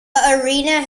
arena